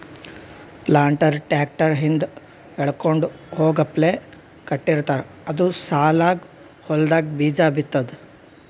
planter tractor ಹಿಂದ್ ಎಳ್ಕೊಂಡ್ ಹೋಗಪ್ಲೆ ಕಟ್ಟಿರ್ತಾರ್ ಅದು ಸಾಲಾಗ್ ಹೊಲ್ದಾಗ್ ಬೀಜಾ ಬಿತ್ತದ್